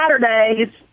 Saturdays